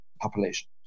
population